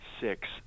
six